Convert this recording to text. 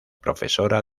profesora